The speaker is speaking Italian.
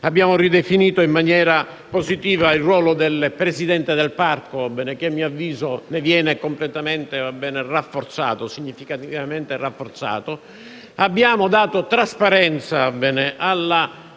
Abbiamo ridefinito in maniera positiva il ruolo del presidente del parco, che a mio avviso viene significativamente rafforzato. Abbiamo dato trasparenza alla questione